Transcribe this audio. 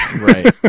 Right